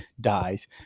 dies